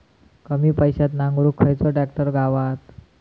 कमी पैशात नांगरुक खयचो ट्रॅक्टर गावात?